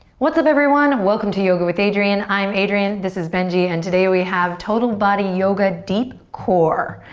what's up everyone. welcome to yoga with adriene, i am adriene, this is benji, and today we have total body yoga deep core.